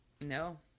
No